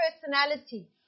personality